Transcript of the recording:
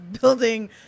building